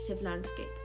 landscape